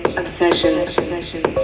obsession